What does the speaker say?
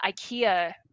IKEA